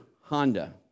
Honda